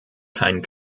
kein